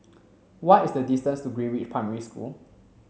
what is the distance to Greenridge Primary School